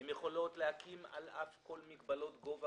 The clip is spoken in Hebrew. הן יכולות להקים אנטנות על אף כל מגבלות גובה